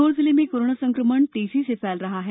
सीहोर जिले में कोरोना संकमण तेजी से फैल रहा है